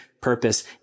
purpose